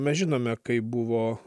mes žinome kaip buvo